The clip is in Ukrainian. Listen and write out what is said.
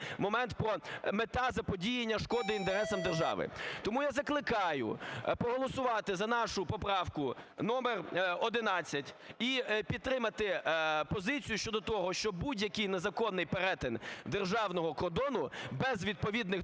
момент про: мета - заподіяння шкоди інтересам держави. Тому я закликаю проголосувати за нашу поправку номер 11 і підтримати позицію щодо того, що будь-який незаконний перетин державного кордону без відповідних